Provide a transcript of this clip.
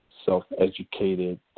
self-educated